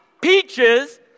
peaches